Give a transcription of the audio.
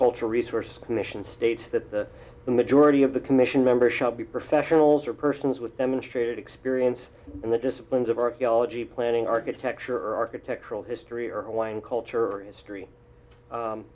cultural resource commission states that the majority of the commission members shall be professionals or persons with demonstrated experience in the disciplines of archaeology planning architecture architectural history or one culture or history